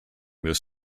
this